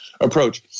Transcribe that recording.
Approach